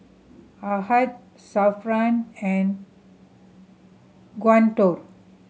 Ahad Zafran and Guntur